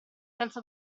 senza